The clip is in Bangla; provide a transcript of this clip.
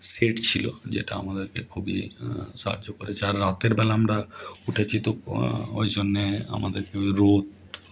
শেড ছিল যেটা আমাদেরকে খুবই সাহায্য করেছে আর রাতেরবেলা আমরা উঠেছি তো ওই জন্য আমাদেরকে ওই রোদ